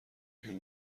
این